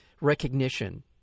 recognition